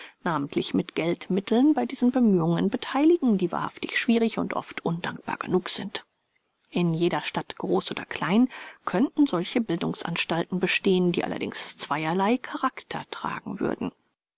namentlich mit geldmitteln bei diesen bemühungen betheiligen die wahrhaftig schwierig und oft undankbar genug sind in jeder stadt groß oder klein könnten solche bildungsanstalten bestehen die allerdings zweierlei charakter tragen würden